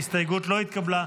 ההסתייגות לא התקבלה.